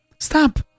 Stop